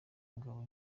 ngabo